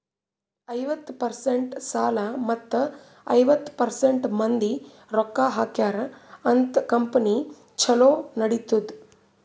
ಐವತ್ತ ಪರ್ಸೆಂಟ್ ಸಾಲ ಮತ್ತ ಐವತ್ತ ಪರ್ಸೆಂಟ್ ಮಂದಿ ರೊಕ್ಕಾ ಹಾಕ್ಯಾರ ಅಂತ್ ಕಂಪನಿ ಛಲೋ ನಡದ್ದುದ್